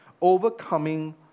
overcoming